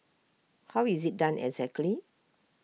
how is IT done exactly